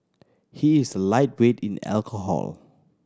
he is a lightweight in alcohol